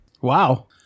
Wow